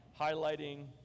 highlighting